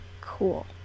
cool